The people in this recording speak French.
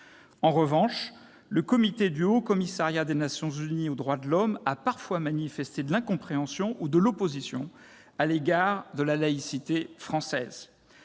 En revanche, le Comité du Haut-Commissariat des Nations unies aux droits de l'homme a parfois manifesté de l'incompréhension ou de l'opposition à l'égard de la laïcité française.